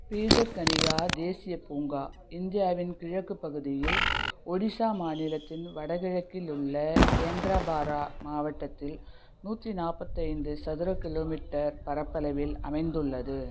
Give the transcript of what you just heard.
பீதர்கனிகா தேசியப் பூங்கா இந்தியாவின் கிழக்குப் பகுதியில் ஒடிசா மாநிலத்தின் வடகிழக்கில் உள்ள கேந்திராபாரா மாவட்டத்தில் நூற்றி நாற்பத்தைந்து சதுர கிலோ மீட்டர் பரப்பளவில் அமைந்துள்ளது